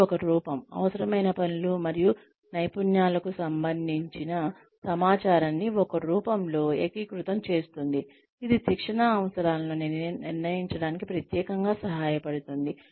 ఇది ఒక రూపం అవసరమైన పనులు మరియు నైపుణ్యాలకు సంబంధించిన సమాచారాన్ని ఒక రూపంలో ఏకీకృతం చేస్తుంది ఇది శిక్షణ అవసరాలను నిర్ణయించడానికి ప్రత్యేకంగా సహాయపడుతుంది